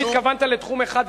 אם התכוונת לתחום אחד,